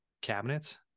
cabinets